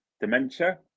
dementia